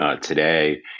today